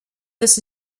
this